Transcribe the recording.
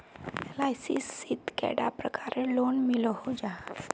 LIC शित कैडा प्रकारेर लोन मिलोहो जाहा?